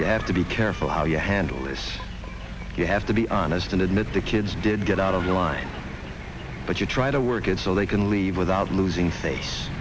you have to be careful how you handle it you have to be honest and admit the kids did get out of the line but you try to work it so they can leave without losing face